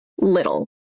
little